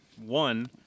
one